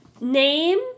Name